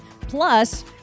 plus